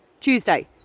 Tuesday